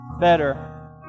better